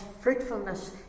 fruitfulness